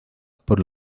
por